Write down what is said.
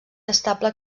estable